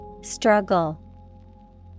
Struggle